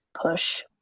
push